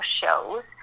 shows